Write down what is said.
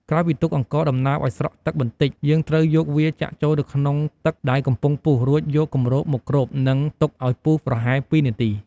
ក្រោយពីទុកអង្ករដំណើបឱ្យស្រក់ទឹកបន្តិច យើងត្រូវយកវាចាក់ចូលទៅក្នុងទឹកដែលកំពុងពុះ រួចយកគម្របមកគ្រប និងទុកឱ្យពុះប្រហែល២នាទី។